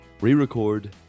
re-record